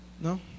No